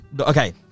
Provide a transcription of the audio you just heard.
okay